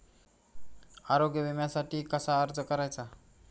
आरोग्य विम्यासाठी कसा अर्ज करायचा?